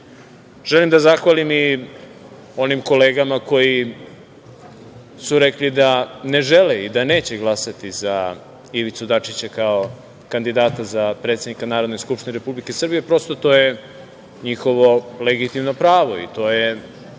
Želim da zahvalim i onim kolegama koji su rekli da ne žele i da neće glasati za Ivicu Dačića kao kandidata za predsednika Narodne skupštine Republike Srbije, prosto to je njihovo legitimno pravo i to je